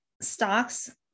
stocks